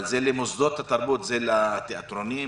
אבל זה למוסדות התרבות לתיאטרונים.